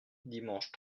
dimanche